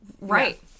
Right